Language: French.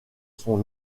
son